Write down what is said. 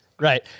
Right